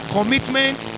Commitment